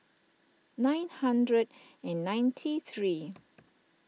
nine hundred and ninety three